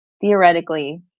theoretically